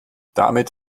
damit